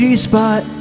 G-spot